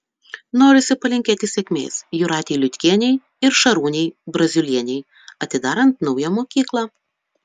norisi palinkėti sėkmės jūratei liutkienei ir šarūnei braziulienei atidarant naują mokyklą